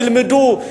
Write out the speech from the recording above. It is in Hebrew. ילמדו,